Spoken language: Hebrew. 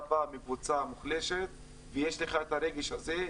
בא מקבוצה מוחלשת ויש לך את הרגש הזה.